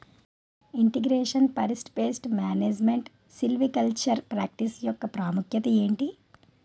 integration forest pest management silvicultural practice యెక్క ప్రాముఖ్యత ఏంటి